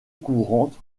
courante